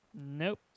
Nope